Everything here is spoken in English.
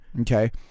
okay